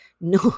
no